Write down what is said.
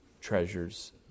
treasures